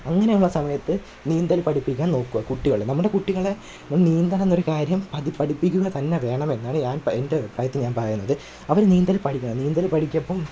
അങ്ങനെയുള്ള സമയത്ത് നീന്തല് പഠിപ്പിക്കാന് നോക്കുക കുട്ടികളെ നമ്മുടെ കുട്ടികളെ നം നീന്തലെന്നൊരു കാര്യം അത് പഠിപ്പിക്കുക തന്നെ വേണമെന്നാണ് ഞാന് പ എൻ്റെ അഭിപ്രായത്തിൽ ഞാന് പറയുന്നത് അവർ നീന്തൽ പഠിക്കണം നീന്തൽ പടിക്കപ്പം